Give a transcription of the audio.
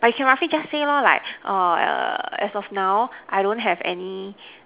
but you can roughly just say loh like err as of now I don't have any